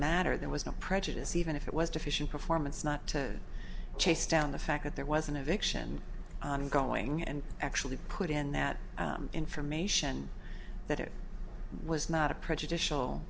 mattered there was no prejudice even if it was deficient performance not to chase down the fact that there was an eviction going and actually put in that information that it was not a prejudicial